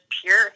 pure